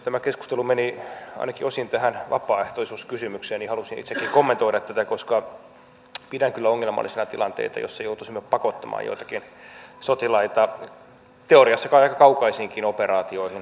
kun tämä keskustelu meni ainakin osin tähän vapaaehtoisuuskysymykseen niin halusin itsekin kommentoida tätä koska pidän kyllä ongelmallisena tilanteita joissa joutuisimme pakottamaan joitakin sotilaita teoriassa kai aika kaukaisiinkin operaatioihin ainakin teoriassa